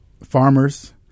farmers